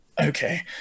okay